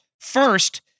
first